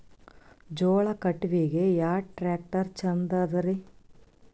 ಜೋಳ ಕಟಾವಿಗಿ ಯಾ ಟ್ಯ್ರಾಕ್ಟರ ಛಂದದರಿ?